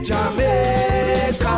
Jamaica